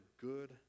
good